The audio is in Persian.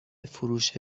فروش